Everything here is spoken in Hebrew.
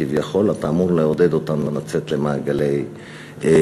כביכול אתה אמור לעודד אותן לצאת למעגל העבודה.